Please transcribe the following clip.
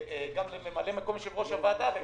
אני מאמין בניסים,